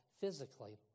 physically